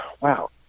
wow